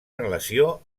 relació